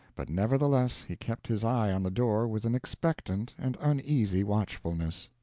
but nevertheless he kept his eye on the door with an expectant and uneasy watchfulness.